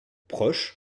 proches